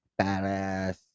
badass